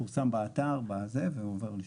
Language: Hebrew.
פורסם באתר והועבר לשימוע.